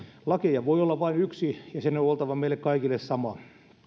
lakeja voi olla vain yksi ja sen on oltava meille kaikille sama